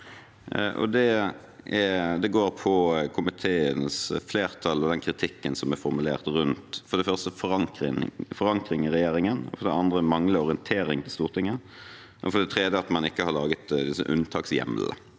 Det går på komiteens flertall og den kritikken som er formulert rundt for det første forankring i regjeringen, for det andre manglende orientering til Stortinget, og for det tredje at man ikke har laget disse unntakshjemlene.